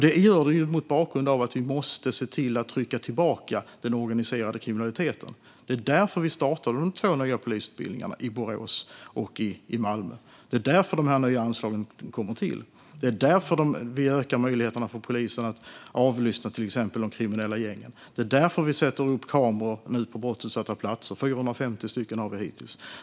Det gör den mot bakgrund av att vi måste se till att trycka tillbaka den organiserade kriminaliteten. Det var därför vi startade de två nya polisutbildningarna, i Borås och i Malmö. Det är därför de här nya anslagen kommer till. Det är därför vi ökar möjligheterna för polisen att avlyssna till exempel de kriminella gängen. Det är därför vi nu sätter upp kameror på brottsutsatta platser, hittills 450 stycken.